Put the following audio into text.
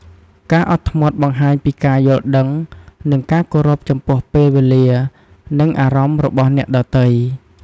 ការអត់ធ្មត់បង្ហាញពីការយល់ដឹង និងការគោរពចំពោះពេលវេលា និងអារម្មណ៍របស់អ្នកដទៃ។